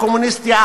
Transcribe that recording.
הקומוניסטי,